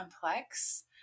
complex